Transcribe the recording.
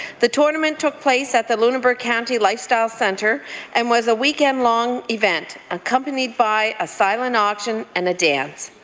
the tournament took place at the lunenburg county lifestyle centre and was a weekend-long event accompanied by a silent auction and a dance.